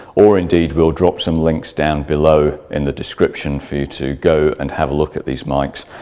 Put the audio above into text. or indeed we'll drop some links down below in the description for you to go and have a look at these mics.